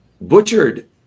butchered